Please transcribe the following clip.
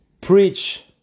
Preach